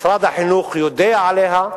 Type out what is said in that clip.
משרד החינוך יודע עליה,